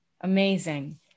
Amazing